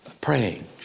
praying